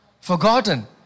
forgotten